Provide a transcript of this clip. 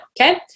okay